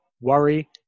worry